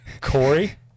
Corey